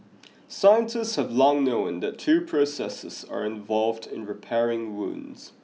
scientists have long known that two processes are involved in repairing wounds